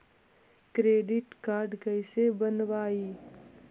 Credit card कैसे बनवाई?